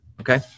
Okay